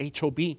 HOB